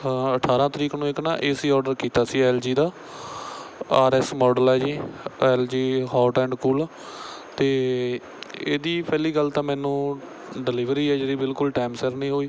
ਹਾਂ ਅਠਾਰਾਂ ਤਰੀਕ ਨੂੰ ਇੱਕ ਨਾ ਏ ਸੀ ਆਡਰ ਕੀਤਾ ਸੀ ਐਲ ਜੀ ਦਾ ਆਰ ਐਸ ਮਾਡਲ ਹੈ ਜੀ L G hot and cool ਅਤੇ ਇਹਦੀ ਪਹਿਲੀ ਗੱਲ ਤਾਂ ਮੈਨੂੰ ਡਿਲੀਵਰੀ ਹੈ ਜਿਹੜੀ ਬਿਲਕੁਲ ਟਾਈਮ ਸਿਰ ਨਹੀਂ ਹੋਈ